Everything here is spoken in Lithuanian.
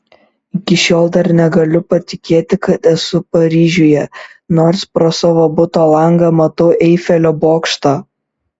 iki šiol dar negaliu patikėti kad esu paryžiuje nors pro savo buto langą matau eifelio bokštą